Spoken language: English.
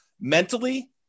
mentally